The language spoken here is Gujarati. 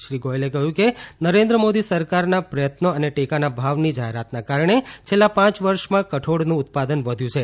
શ્રી ગોયલે કહ્યું કે નરેન્દ્ર મોદી સરકારના પ્રયત્નો અને ટેકાના ભાવની જાહેરાતને કારણે છેલ્લા પાંચ વર્ષમાં કઠોળનું ઉત્પાદન વધ્યું છે